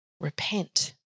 repent